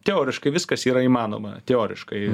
teoriškai viskas yra įmanoma teoriškai